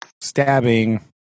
stabbing